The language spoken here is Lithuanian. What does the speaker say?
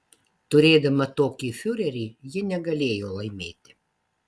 turėdama tokį fiurerį ji negalėjo laimėti